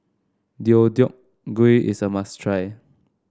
Deodeok Gui is a must try